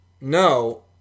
No